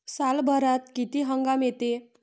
सालभरात किती हंगाम येते?